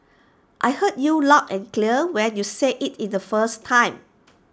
I heard you loud and clear when you said IT in the first time